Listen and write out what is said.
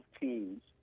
teams